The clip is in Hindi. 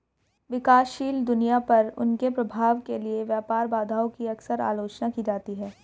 विकासशील दुनिया पर उनके प्रभाव के लिए व्यापार बाधाओं की अक्सर आलोचना की जाती है